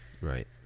Right